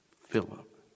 Philip